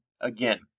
again